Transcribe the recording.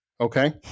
okay